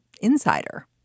insider